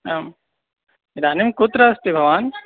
आम् इदानीं कुत्र अस्ति भवान्